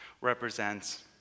represents